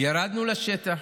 ירדנו לשטח,